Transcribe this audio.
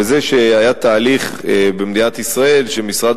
וזה שהיה תהליך במדינת ישראל שמשרד